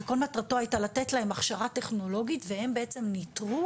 שכל מטרתו הייתה לתת להן הכשרה טכנולוגית והן בעצם ניטרו